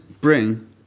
bring